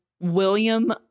William